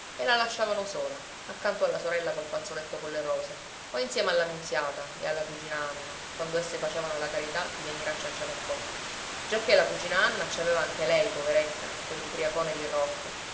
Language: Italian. e la lasciavano sola accanto alla sorella col fazzoletto colle rose o insieme alla nunziata e alla cugina anna quando esse facevano la carità di venire a cianciare un po giacché la cugina anna ci aveva anche lei poveretta quell'ubbriacone di rocco